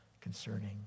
concerning